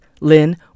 Lynn